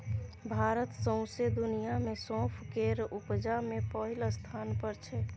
भारत सौंसे दुनियाँ मे सौंफ केर उपजा मे पहिल स्थान पर छै